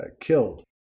killed